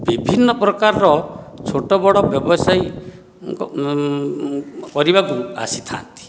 ବିଭିନ୍ନ ପ୍ରକାରର ଛୋଟ ବଡ଼ ବ୍ୟବସାୟୀ କରିବାକୁ ଆସିଥାନ୍ତି